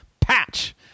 patch